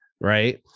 right